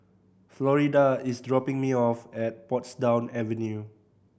Florida is dropping me off at Portsdown Avenue